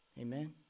Amen